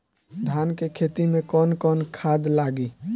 धान के खेती में कवन कवन खाद लागी?